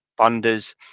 funders